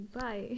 bye